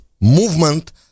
movement